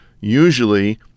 Usually